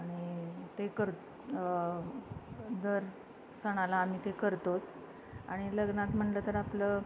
आणि ते कर दर सणाला आम्ही ते करतोच आणि लग्नात म्हणलं तर आपलं